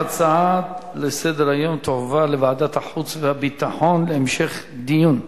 ההצעה לסדר-היום תועבר לוועדת החוץ והביטחון להמשך דיון.